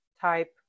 type